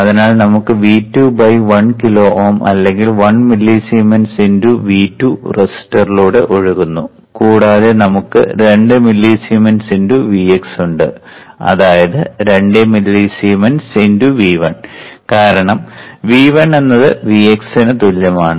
അതിനാൽ നമുക്ക് V2 1 kilo Ω അല്ലെങ്കിൽ 1 മില്ലിസീമെൻസ് × V2 റെസിസ്റ്ററിലൂടെ ഒഴുകുന്നു കൂടാതെ നമുക്ക് 2 മില്ലിസീമെൻസ് × Vx ഉണ്ട് അതായത് 2 മില്ലിസീമെൻസ് × V1 കാരണം V1 എന്നത് Vx ന് തുല്യമാണ്